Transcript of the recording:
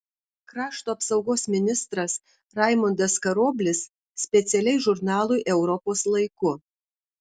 krašto apsaugos ministras raimundas karoblis specialiai žurnalui europos laiku